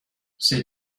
see